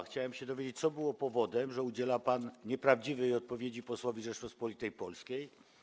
Chciałem się dowiedzieć, co było powodem, że udziela pan nieprawdziwej odpowiedzi posłowi Rzeczypospolitej Polskiej.